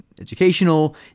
educational